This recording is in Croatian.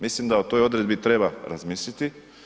Mislim da o toj odredbi treba razmisliti.